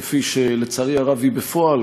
כפי שלצערי הרב היא בפועל,